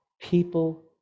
people